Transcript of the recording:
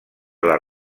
les